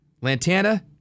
Lantana-